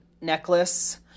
necklace